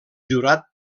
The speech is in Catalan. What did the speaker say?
jurat